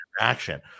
interaction